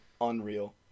unreal